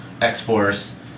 X-Force